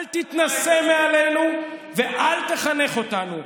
אל תתנשא מעלינו ואל תחנך אותנו.